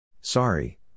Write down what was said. Sorry